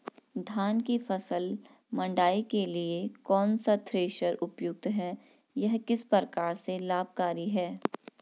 धान की फसल मड़ाई के लिए कौन सा थ्रेशर उपयुक्त है यह किस प्रकार से लाभकारी है?